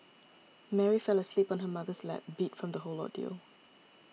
Mary fell asleep on her mother's lap beat from the whole ordeal